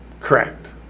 Correct